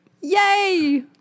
Yay